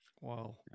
Wow